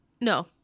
no